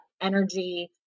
energy